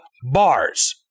bars